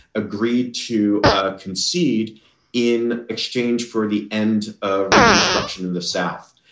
agreed to ah concede in exchange for the end of reconstruction in the south.